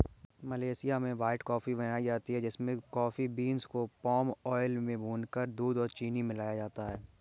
Malaysia में white coffee बनाई जाती है जिसमें कॉफी बींस को पाम आयल में भूनकर दूध और चीनी मिलाया जाता है